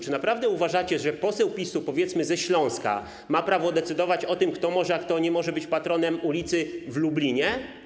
Czy naprawdę uważacie, że poseł PiS-u, powiedzmy, ze Śląska, ma prawo decydować o tym, kto może, a kto nie może być patronem ulicy w Lublinie?